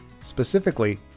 Specifically